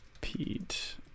Pete